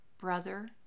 Brother